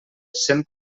cent